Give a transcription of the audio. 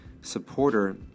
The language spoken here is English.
supporter